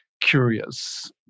curious